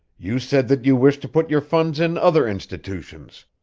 you said that you wished to put your funds in other institutions.